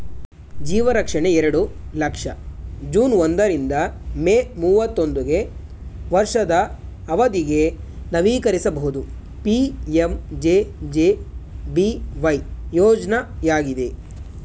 ಜೀವರಕ್ಷಣೆ ಎರಡು ಲಕ್ಷ ಜೂನ್ ಒಂದ ರಿಂದ ಮೇ ಮೂವತ್ತಾ ಒಂದುಗೆ ವರ್ಷದ ಅವಧಿಗೆ ನವೀಕರಿಸಬಹುದು ಪಿ.ಎಂ.ಜೆ.ಜೆ.ಬಿ.ವೈ ಯೋಜ್ನಯಾಗಿದೆ